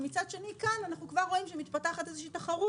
ומצד שני אנחנו רואים שכבר מתפתחת תחרות